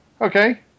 Okay